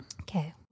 Okay